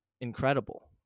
incredible